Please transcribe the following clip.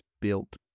built